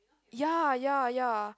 ya ya ya